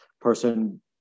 person